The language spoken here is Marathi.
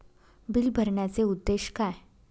बिल भरण्याचे उद्देश काय?